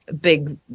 big